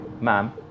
ma'am